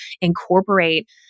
incorporate